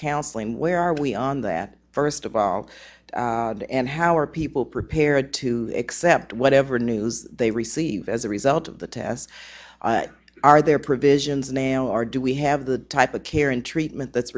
counselling where are we on that first of all and how are people prepared to accept whatever news they receive as a result of the tests are there provisions man or do we have the type of care and treatment that's